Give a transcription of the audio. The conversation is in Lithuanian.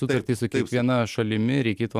sutartys su kiekviena šalimi reikėtų